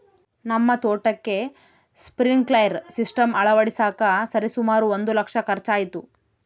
ನಮ್ಮ ತೋಟಕ್ಕೆ sprinkler system ಅಳವಡಿಸಕ ಸರಿಸುಮಾರು ಒಂದು ಲಕ್ಷ ಖರ್ಚಾಯಿತು